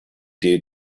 due